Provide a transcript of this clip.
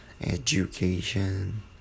education